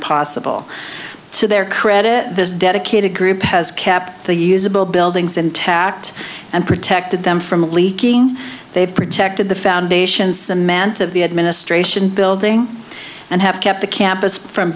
possible to their credit this dedicated group has kept the usable buildings intact and protected them from leaking they've protected the foundations the mant of the administration building and have kept the campus from